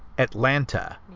Atlanta